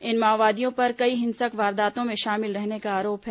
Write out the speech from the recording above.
इन माओवादियों पर कई हिंसक वारदातों में शामिल रहने का आरोप है